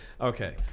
Okay